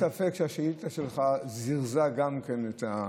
אין לי ספק שהשאילתה שלך זירזה את החלטה.